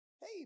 hey